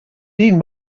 dean